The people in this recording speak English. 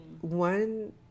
one